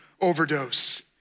overdose